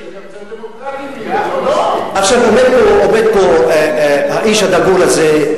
דמוקרטי, עומד פה האיש הדגול הזה,